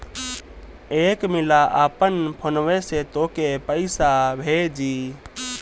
एक मिला आपन फोन्वे से तोके पइसा भेजी